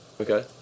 Okay